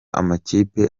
amakipe